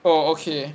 oh okay